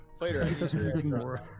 later